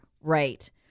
Right